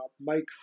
Mike